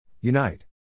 Unite